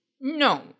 No